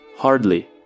Hardly